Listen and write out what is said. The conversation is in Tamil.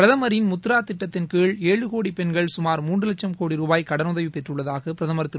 பிரதமரின் முத்ரா திட்டத்தின் கீழ் ஏழு கோடி பெண்கள் கமார் மூன்று வட்சம் கோடி ரூபாய் கடனுதவி பெற்றுள்ளதாக பிரதமர் திரு